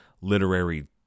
literary